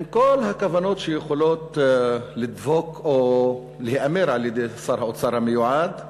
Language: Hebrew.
עם כל הכוונות שיכולות לדבוק או להיאמר על-ידי שר האוצר המיועד,